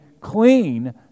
clean